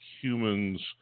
humans